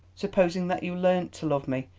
supposing that you learned to love me,